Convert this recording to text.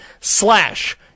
slash